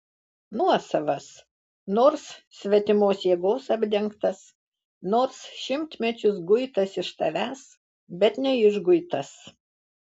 nuosavas nors svetimos jėgos apdengtas nors šimtmečius guitas iš tavęs bet neišguitas